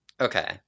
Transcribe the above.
Okay